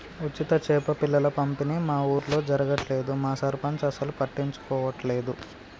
ఉచిత చేప పిల్లల పంపిణీ మా ఊర్లో జరగట్లేదు మా సర్పంచ్ అసలు పట్టించుకోవట్లేదు